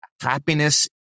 happiness